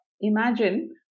imagine